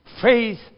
faith